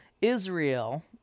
Israel